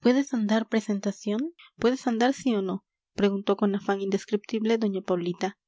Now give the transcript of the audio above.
puedes andar presentación puedes andar sí o no preguntó con afán indescriptible doña paulita